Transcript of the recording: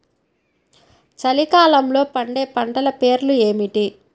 చలికాలంలో పండే పంటల పేర్లు ఏమిటీ?